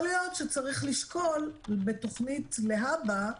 יכול להיות שצריך לשקול בתכנית להבא,